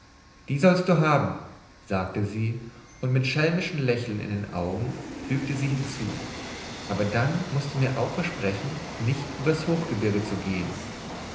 die sollst du haben sagte sie und mit schelmischem lächeln in den augen fügte sie hinzu aber dann mußt du mir auch versprechen nicht übers hochgebirge zu gehen